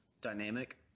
Dynamic